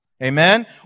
Amen